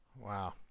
Wow